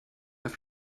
mehr